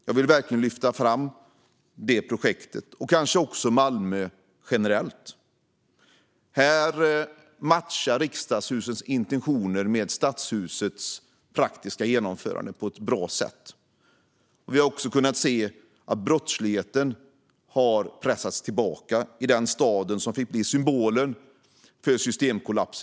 Jag vill verkligen lyfta fram detta projekt - och Malmö generellt, för här matchar riksdagens intentioner och stadshusets praktiska genomförande bra. Vi har också sett att brottsligheten har pressats tillbaka i denna stad som fick bli symbol för Sveriges systemkollaps.